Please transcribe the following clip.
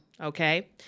okay